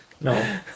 No